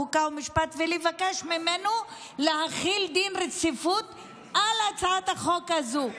חוק ומשפט ולבקש ממנו להחיל דין רציפות על הצעת החוק הזו.